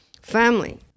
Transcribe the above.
family